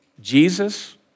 Jesus